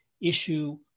issue